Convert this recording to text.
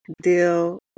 deal